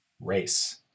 race